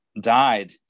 died